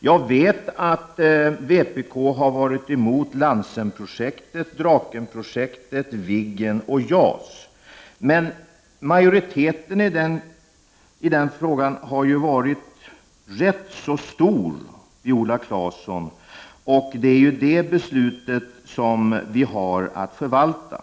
Jag vet att vpk har varit emot Lansen-projektet, Draken-projektet, Viggen och JAS. Majoriteten bakom den frågan har emellertid varit rätt så stor, Viola Claesson, och det är ju detta beslut som vi har att förvalta.